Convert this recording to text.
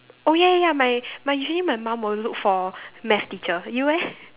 oh ya ya ya my my usually my mum will look for math teacher you eh